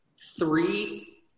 three